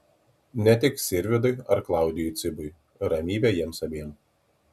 ne tik sirvydui ar klaudijui cibui ramybė jiems abiem